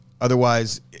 Otherwise